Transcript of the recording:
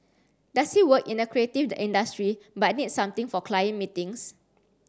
does he work in a creative industry but needs something for client meetings